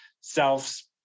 self's